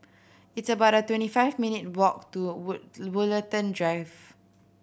it's about twenty five minute walk to wood Drive